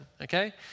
okay